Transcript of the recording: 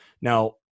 Now